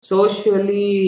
Socially